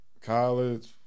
College